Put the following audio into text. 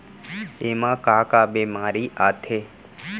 एमा का का बेमारी आथे?